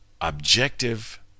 objective